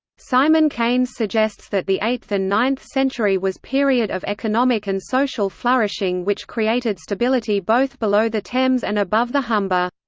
simon keynes suggests that the eighth and ninth century was period of economic and social flourishing which created stability both below the thames and above the humber.